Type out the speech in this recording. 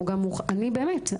באמת,